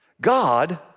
God